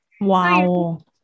Wow